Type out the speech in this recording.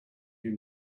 you